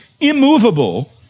immovable